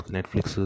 Netflix